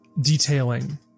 detailing